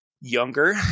younger